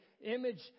image